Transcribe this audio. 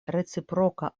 reciproka